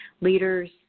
leaders